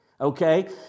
Okay